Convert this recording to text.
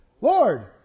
Lord